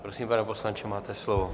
Prosím, pane poslanče, máte slovo.